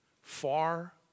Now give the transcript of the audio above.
far